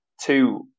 two